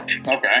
Okay